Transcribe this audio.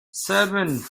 seven